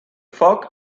foc